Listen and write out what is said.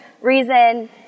reason